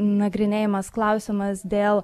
nagrinėjamas klausimas dėl